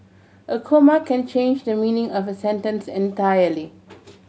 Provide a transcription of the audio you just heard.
a comma can change the meaning of a sentence entirely